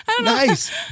Nice